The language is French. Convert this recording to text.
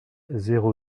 zéro